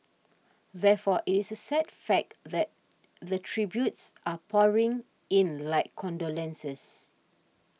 therefore it is a sad fact that the tributes are pouring in like condolences